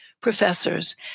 professors